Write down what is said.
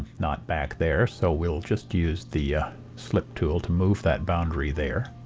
not back there, so we'll just use the slip tool to move that boundary there